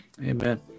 Amen